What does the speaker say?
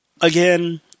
Again